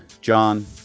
John